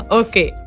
okay